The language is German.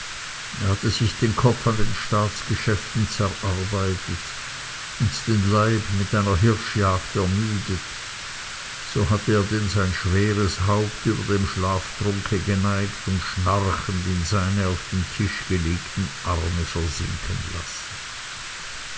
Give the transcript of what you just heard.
er hatte sich den kopf an den staatsgeschäften zerarbeitet und den leib mit einer hirschjagd ermüdet so hatte er denn sein schweres haupt über dem schlaftrunke geneigt und schnarchend in seine auf den tisch gelegten arme versinken lassen